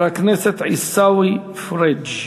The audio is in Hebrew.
חבר הכנסת עיסאווי פריג'